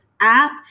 app